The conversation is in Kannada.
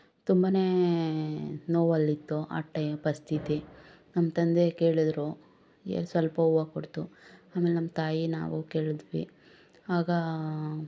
ತುಂಬನೇ ನೋವಲ್ಲಿತ್ತು ಆ ಟೈಮ್ ಪರಿಸ್ಥಿತಿ ನಮ್ಮ ತಂದೆ ಕೇಳಿದ್ರು ಸ್ವಲ್ಪ ಹೂವು ಕೊಟ್ತು ಆಮೇಲೆ ನಮ್ಮ ತಾಯಿ ನಾವು ಕೇಳಿದ್ವಿ ಆಗ